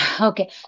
Okay